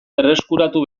berreskuratu